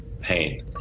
pain